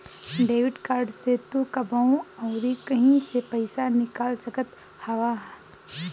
debit card से तू कबो अउरी कहीं से पईसा निकाल सकत हवअ